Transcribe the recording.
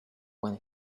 when